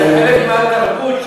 יש עוד עמדה נוספת,